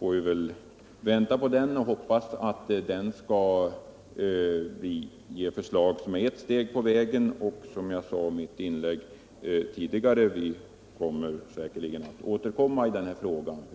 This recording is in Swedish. får väl då vänta på den och hoppas att den lägger fram förslag som innebär ett steg på vägen. Som jag sade i mitt inlägg tidigare kommer vi säkerligen att återkomma i den här frågan.